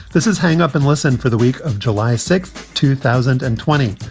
this is hang up and listen for the week of july sixth, two thousand and twenty.